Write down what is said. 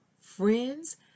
friends